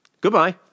Goodbye